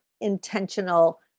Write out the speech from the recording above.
intentional